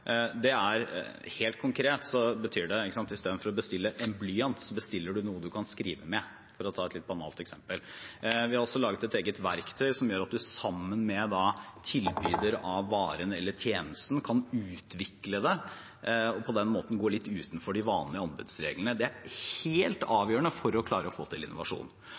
inneværende år. Helt konkret betyr det at i stedet for å bestille en blyant bestiller man noe man kan skrive med, for å ta et litt banalt eksempel. Vi har også laget et eget verktøy som gjør at man sammen med tilbyder av varen eller tjenesten, kan utvikle det, og på den måten gå litt utenfor de vanlige anbudsreglene. Det er helt avgjørende for å klare å få til innovasjon.